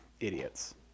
Idiots